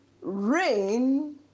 rain